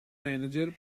manager